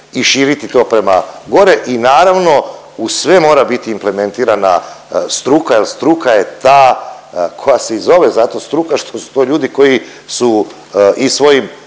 i širiti to prema gore i naravno u sve mora biti implementirana struka jer struka je ta koja se i zato struka što su to ljudi koji su i svojim